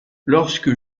lorsque